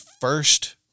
first